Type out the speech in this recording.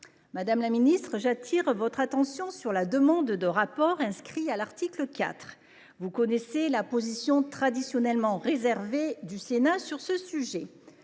Madame la ministre, j’appelle votre attention sur la demande de rapport inscrite à l’article 4. Vous connaissez la position traditionnellement réservée du Sénat sur ce sujet.